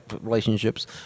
relationships